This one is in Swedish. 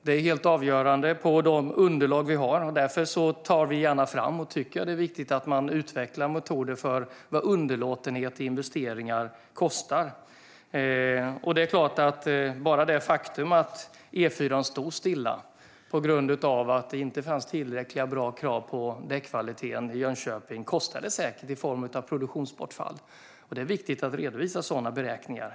Det är helt avgörande på de underlag som finns. Därför tar vi gärna fram och utvecklar nya metoder för att räkna ut vad underlåtenhet i investeringar kostar. Bara det faktum att E4:an stod stilla på grund av att det inte fanns tillräckliga och bra krav på däckkvaliteten i Jönköping kostade säkert i form av produktionsbortfall. Det är viktigt att redovisa sådana beräkningar.